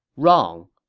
wrong.